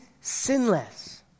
sinless